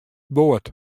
boat